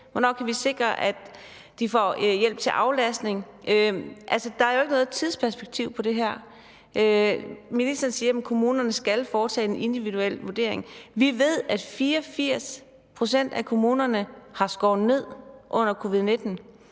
hvornår kan vi sikre, at de får hjælp til aflastning? Der er jo ikke noget tidsperspektiv i det her. Ministeren siger, at kommunerne skal foretage en individuel vurdering, men vi ved, at 84 pct. af kommunerne har skåret ned under covid-19,